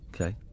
Okay